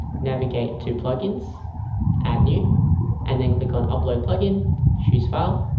navigate to plugins add new and then click on upload plug-in choose file